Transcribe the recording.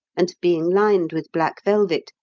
and, being lined with black velvet,